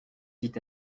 dit